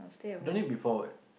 don't need be forward